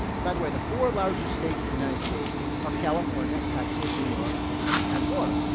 by the way, the four largest states in the united states are california, texas, new york um and florida.